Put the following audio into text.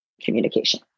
communication